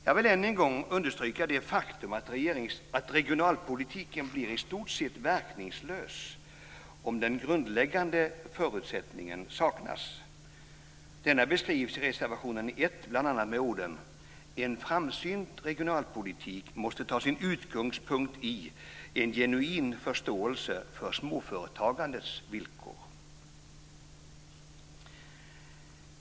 Jag vill än en gång understryka det faktum att regionalpolitiken i stort sett blir verkningslös om den grundläggande förutsättningen saknas. Denna beskrivs i reservation 1 bl.a. med orden: "En framsynt regionalpolitik måste ta sin utgångspunkt i en genuin förståelse av företagandets villkor."